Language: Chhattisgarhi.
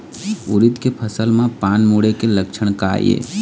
उरीद के फसल म पान मुड़े के लक्षण का ये?